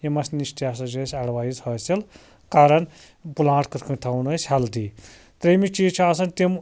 یِمن نِش تہِ ہسا چھِ أسۍ ایٚڈوایِس حٲصِل کران پٕلانٛٹ کٕتھ کٕٹھۍ تھاوہون أسۍ ہیٚلدی ترٛیمہِ چیٖز چھِ آسان تِم